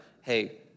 hey